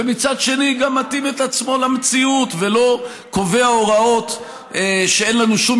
ומצד שני מתאים את עצמו למציאות ולא קובע הוראות שאין לנו שום